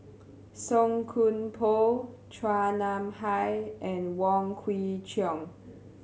Song Koon Poh Chua Nam Hai and Wong Kwei Cheong